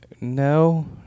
no